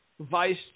vice